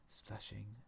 splashing